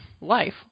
life